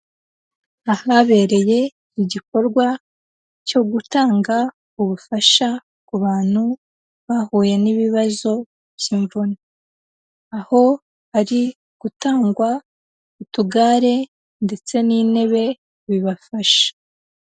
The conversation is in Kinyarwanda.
Ahabereye igikorwa cyo gutanga ubufasha ku bantu bahuye n'ibibazo by'imvune, aho hari gutangwa utugare ndetse n'intebe bibafasha.